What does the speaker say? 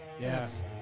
Yes